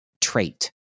trait